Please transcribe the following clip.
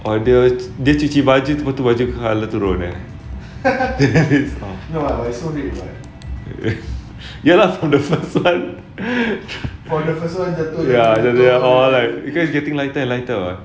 or dia dia cuci baju lepas tu baju colour turun eh ya lah from the first one ya then all like cause getting lighter lighter [what]